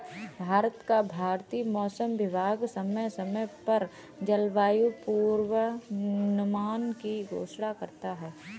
भारत का भारतीय मौसम विभाग समय समय पर जलवायु पूर्वानुमान की घोषणा करता है